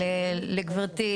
לגברתי,